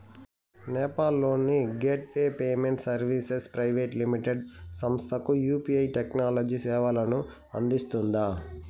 నేపాల్ లోని gateway payment services private limited సంస్థకు UPI technology సేవలను అందిస్తుందా?